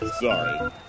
Sorry